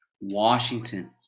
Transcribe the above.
Washington